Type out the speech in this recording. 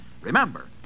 Remember